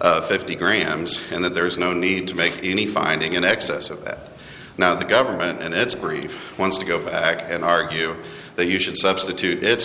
of fifty grahams and that there is no need to make any finding in excess of that now the government and its brief wants to go back and argue that you should substitute it